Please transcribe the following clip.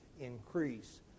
increase